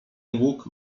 łuk